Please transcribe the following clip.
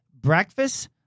breakfast